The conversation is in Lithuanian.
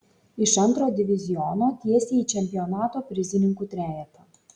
iš antro diviziono tiesiai į čempionato prizininkų trejetą